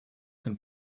can